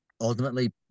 ultimately